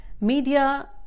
Media